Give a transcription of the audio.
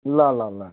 ल ल ल